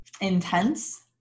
intense